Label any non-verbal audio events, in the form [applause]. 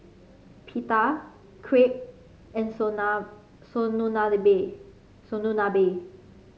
Pita Crepe and [unintelligible]